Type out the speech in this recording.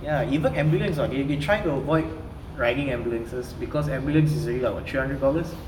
ya even ambulance what they they try to avoid riding ambulances because ambulance is like what three hundred dollars